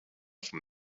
from